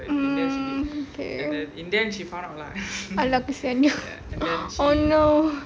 um okay !alah! kesiannya oh no